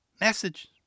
Message